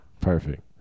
Perfect